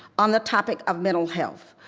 on the topic of mental health.